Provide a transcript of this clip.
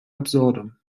absurdum